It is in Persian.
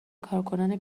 کارکنان